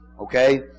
Okay